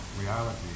reality